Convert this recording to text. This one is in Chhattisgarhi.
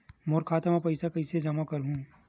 मोर खाता म पईसा कइसे जमा करहु?